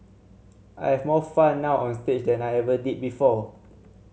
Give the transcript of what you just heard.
I have more fun now onstage than I ever did before